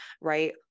right